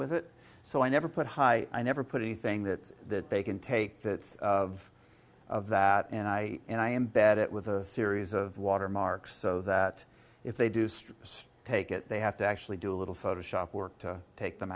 with it so i never put high i never put anything that that they can take that's of of that and i and i am bad it was a series of watermark so that if they do strips take it they have to actually do a little photoshop work to take them